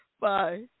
Bye